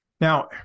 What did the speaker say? Now